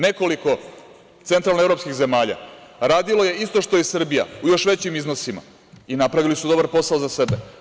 Nekoliko centralnoevropskih zemalja radilo je isto što i Srbija, u još većim iznosima, i napravili su dobar posao za sebe.